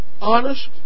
honest